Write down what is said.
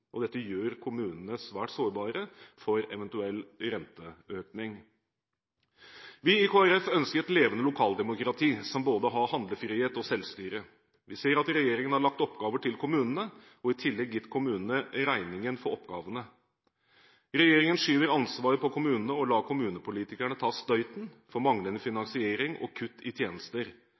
1997–2000. Dette gjør kommunene svært sårbare for en eventuell renteøkning. Vi i Kristelig Folkeparti ønsker et levende lokaldemokrati som har både handlefrihet og selvstyre. Vi ser at regjeringen har lagt oppgaver til kommunene og i tillegg gitt kommunene regningen for oppgavene. Regjeringen skyver ansvaret over på kommunene og lar kommunepolitikerne ta støyten for manglende finansiering og kutt i tjenester.